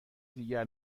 دیگر